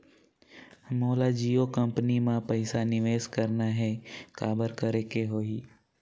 मोला जियो कंपनी मां पइसा निवेश करना हे, काबर करेके होही?